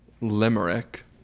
Limerick